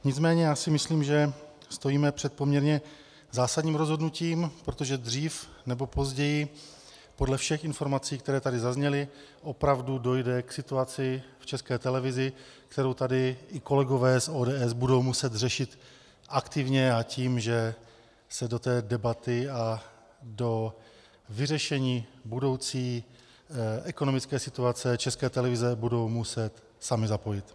Nicméně si myslím, že stojíme před poměrně zásadním rozhodnutím, protože dřív, nebo později, podle všech informací, které tady zazněly, opravdu dojde k situaci v České televizi, kterou tady i kolegové z ODS budou muset řešit aktivně, a tím že se do té debaty a do vyřešení budoucí ekonomické situace České televize budou muset sami zapojit.